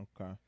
Okay